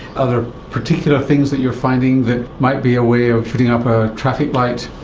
are there particular things that you are finding that might be a way of putting up a traffic light?